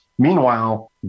Meanwhile